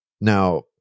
now